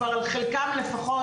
חלקם לפחות,